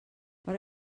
per